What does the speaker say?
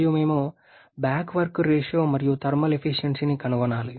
మరియు మేము back work ratio మరియు థర్మల్ ఎఫిషియన్సీని కనుగొనాలి